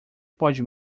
pode